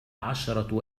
عشرة